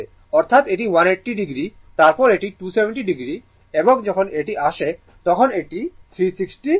অর্থাৎ এটি 180o তারপর এটি 270o এবং যখন এটি আসে তখন এটি 360o